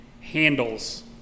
handles